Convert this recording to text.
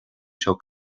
seo